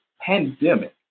pandemic